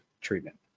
treatment